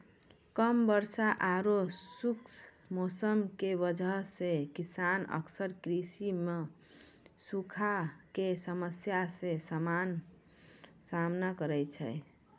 कम वर्षा आरो खुश्क मौसम के वजह स किसान अक्सर कृषि मॅ सूखा के समस्या के सामना करै छै